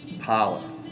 pilot